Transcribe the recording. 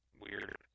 Weird